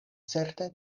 certe